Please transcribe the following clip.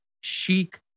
chic